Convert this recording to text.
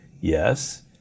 Yes